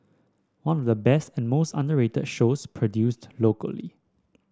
one of the best and most underrated shows produced locally